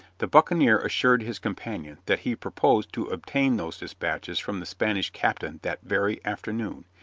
the buccaneer assured his companion that he purposed to obtain those dispatches from the spanish captain that very afternoon,